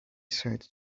said